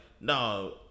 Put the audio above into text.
no